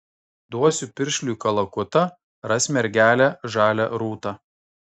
duosiu piršliui kalakutą ras mergelę žalią rūtą